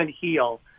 heal